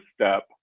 step